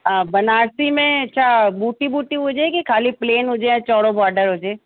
हा बनारसी में छा बूटी बूटी हुजे की खाली प्लेन हुजे या चौड़ो बॉडर हुजे